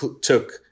took